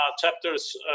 chapters